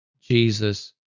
Jesus